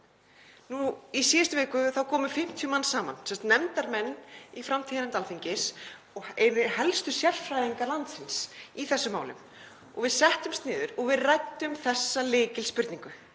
Í síðustu viku komu 50 manns saman, nefndarmenn í framtíðarnefnd Alþingis og helstu sérfræðingar landsins í þessu máli, og við settumst niður og ræddum þessa lykilspurningu.